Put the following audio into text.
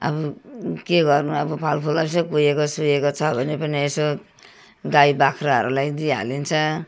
अब के गर्नु अब फल फुल यसो कुहेको सुहेको छ भने पनि यसो गाई बाख्राहरूलाई दिइहालिन्छ